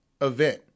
event